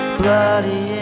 bloody